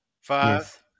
Five